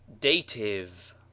Dative